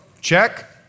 Check